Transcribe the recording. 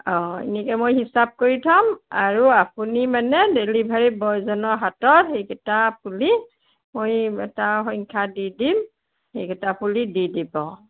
অঁ এনেকৈ মই হিচাপ কৰি থ'ম আৰু আপুনি মানে ডেলিভাৰী বয়জনৰ হাতত সেইকেইটা পুলি মই তাৰ সংখ্যা দি দিম সেইকেইটা পুলি দি দিব